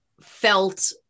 felt